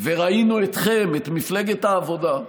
וראינו אתכם, את מפלגת העבודה,